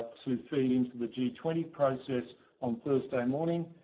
to feed into the g twenty process on thursday morning.